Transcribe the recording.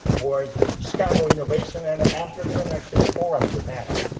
for chicago innovation and entrepreneurship forum, japan